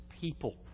people